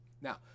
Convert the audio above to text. Now